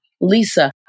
Lisa